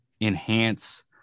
enhance